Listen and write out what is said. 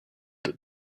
that